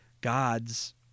God's